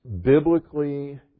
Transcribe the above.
biblically